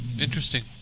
Interesting